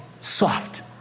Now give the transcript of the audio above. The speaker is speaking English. soft